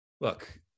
look